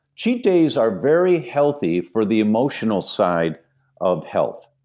cheat days are very healthy for the emotional side of health.